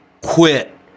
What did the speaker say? quit